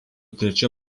trečia